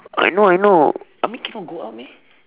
I know I know I mean cannot go out meh